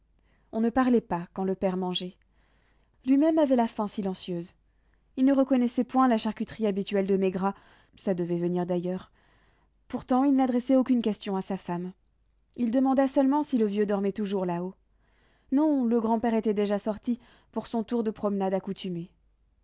on ne parlait pas quand le père mangeait lui-même avait la faim silencieuse il ne reconnaissait point la charcuterie habituelle de maigrat ça devait venir d'ailleurs pourtant il n'adressait aucune question à sa femme il demanda seulement si le vieux dormait toujours là-haut non le grand-père était déjà sorti pour son tour de promenade accoutumé